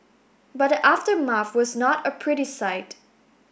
but the aftermath was not a pretty sight